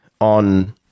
on